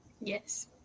yes